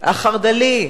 החרד"לי,